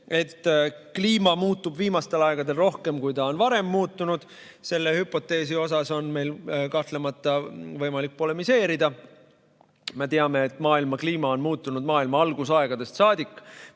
et kliima muutub viimastel aegadel rohkem, kui ta on varem muutunud. Selle hüpoteesi üle on meil kahtlemata võimalik polemiseerida. Me teame, et maailma kliima on muutunud maailma algusaegadest saadik.